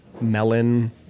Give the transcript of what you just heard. melon